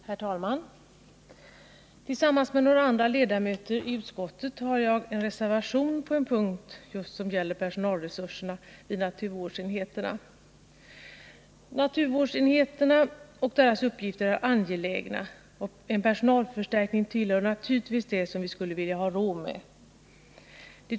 Herr talman! Tillsammans med några andra ledamöter i civilutskottet har jag vid utskottets betänkande fogat en reservation som gäller personalresurserna vid naturvårdsenheterna. Naturvårdsenheterna och deras uppgifter är viktiga, och en personalförstärkning tillhör naturligtvis det som vi skulle vilja ha råd med.